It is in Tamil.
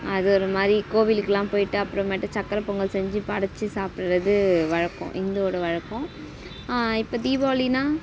அது ஒரு மாதிரி கோவிலுக்குலாம் போய்விட்டு அப்புறமேட்டு சர்க்கர பொங்கல் செஞ்சு படைச்சி சாப்புடுறது வழக்கம் இந்துவோடய வழக்கம் இப்போ தீபாவளினால்